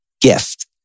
gift